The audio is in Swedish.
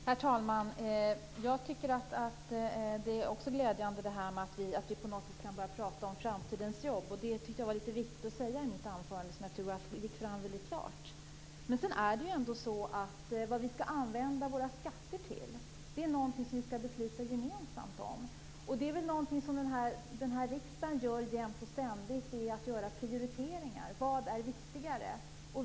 Herr talman! Jag tycker också det är glädjande att vi kan börja prata om framtidens jobb. Jag tyckte att det var viktigt att säga det i mitt anförande, vilket jag tror framgick klart. Men vad vi skall använda våra skatter till är någonting som vi skall besluta om gemensamt. Någonting som riksdagen gör jämt och ständigt är prioriteringar: Vad är viktigare?